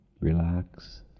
relax